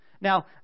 Now